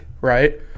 right